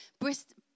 Bristol